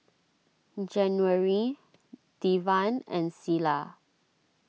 January Devan and Selah